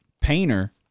Painter